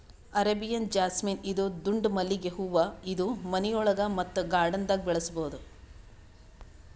Arabian jasmine ಇದು ದುಂಡ್ ಮಲ್ಲಿಗ್ ಹೂವಾ ಇದು ಮನಿಯೊಳಗ ಮತ್ತ್ ಗಾರ್ಡನ್ದಾಗ್ ಬೆಳಸಬಹುದ್